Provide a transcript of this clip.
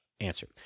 Answer